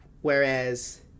whereas